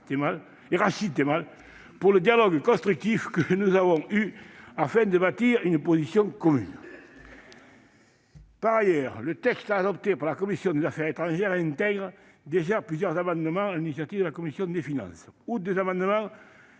et Rachid Temal, pour le dialogue constructif que nous avons eu, afin de bâtir une position commune. Par ailleurs, le texte adopté par la commission des affaires étrangères intègre déjà plusieurs amendements sur l'initiative de la commission des finances.